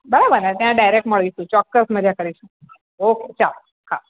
બરાબરને ત્યાં ડાઇરેક મળીશું ચોક્કસ મજા કરીશું ઓકે ચાલો હા